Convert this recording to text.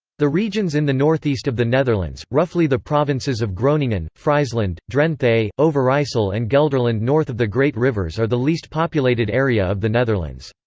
the regions in the northeast of the netherlands, roughly the provinces of groningen, friesland, drenthe, overijssel and gelderland north of the great rivers are the least populated area of the netherlands.